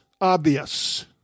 obvious